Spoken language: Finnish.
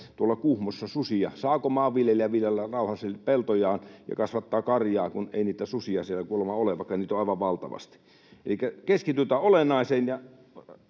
tuolla Kuhmossa susia, saako maanviljelijä viljellä rauhassa peltojaan ja kasvattaa karjaa, kun ei niitä susia siellä kuulemma ole, vaikka niitä on aivan valtavasti. Elikkä keskitytään olennaiseen.